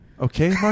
okay